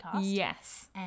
Yes